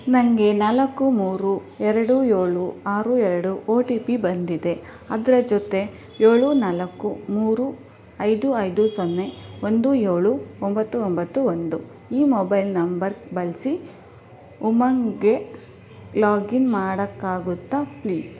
ನನಗೆ ನಾಲ್ಕು ಮೂರು ಎರಡು ಏಳು ಆರು ಎರಡು ಒ ಟಿ ಪಿ ಬಂದಿದೆ ಅದರ ಜೊತೆ ಏಳು ನಾಲ್ಕು ಮೂರು ಐದು ಐದು ಸೊನ್ನೆ ಒಂದು ಏಳು ಒಂಬತ್ತು ಒಂಬತ್ತು ಒಂದು ಈ ಮೊಬೈಲ್ ನಂಬರ್ ಬಳಸಿ ಉಮಂಗ್ಗೆ ಲಾಗಿನ್ ಮಾಡೋಕ್ಕಾಗುತ್ತಾ ಪ್ಲೀಸ್